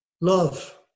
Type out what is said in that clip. Love